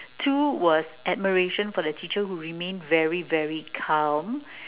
two was admiration for the teacher who remained very very calm